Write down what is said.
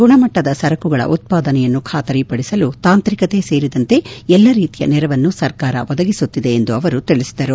ಗುಣಮಟ್ಟದ ಸರಕುಗಳ ಉತ್ಪಾದನೆಯನ್ನು ಖಾತರಿಪಡಿಸಲು ತಾಂತ್ರಿಕತೆ ಸೇರಿದಂತೆ ಎಲ್ಲಾ ರೀತಿಯ ನೆರವನ್ನು ಸರ್ಕಾರ ಒದಗಿಸುತ್ತಿದೆ ಎಂದು ಅವರು ತಿಳಿಸಿದರು